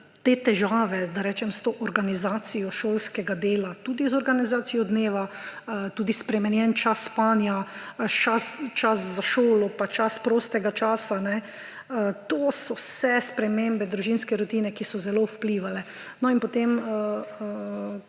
Te težave s to organizacijo šolskega dela, tudi z organizacijo dneva, tudi spremenjen čas spanja, čas za šolo pa čas prostega časa, to so vse spremembe družinske rutine, ki so zelo vplivale. Potem